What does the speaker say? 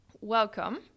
Welcome